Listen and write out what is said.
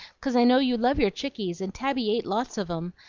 cause i know you love your chickies, and tabby ate lots of em,